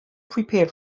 prepared